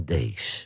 Days